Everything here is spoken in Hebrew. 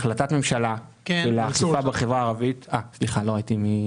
החלטת הממשלה 549 לגבי האכיפה בחברה הערבית הייתה